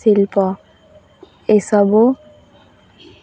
ଶିଳ୍ପ ଏସବୁ